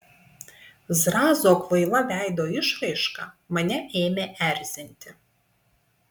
zrazo kvaila veido išraiška mane ėmė erzinti